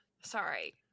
Sorry